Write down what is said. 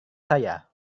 saya